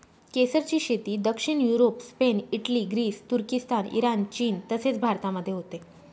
केसरची शेती दक्षिण युरोप, स्पेन, इटली, ग्रीस, तुर्किस्तान, इराण, चीन तसेच भारतामध्ये होते